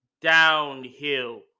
downhill